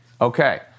okay